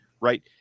right